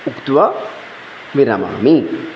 उक्त्वा विरमामि